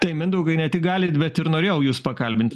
tai mindaugai ne tik galit bet ir norėjau jus pakalbint